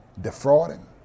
defrauding